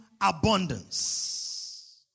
abundance